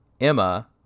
Emma